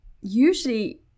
usually